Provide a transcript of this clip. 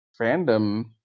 fandom